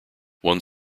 one